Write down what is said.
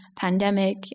pandemic